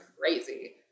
crazy